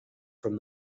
from